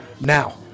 Now